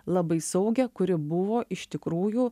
labai saugią kuri buvo iš tikrųjų